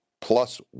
plus